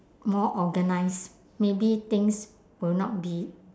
more organised maybe things will not be